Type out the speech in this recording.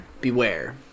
beware